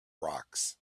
rocks